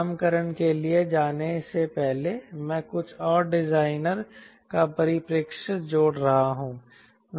नामकरण के लिए जाने से पहले मैं कुछ और डिज़ाइनर का परिप्रेक्ष्य जोड़ रहा हूँ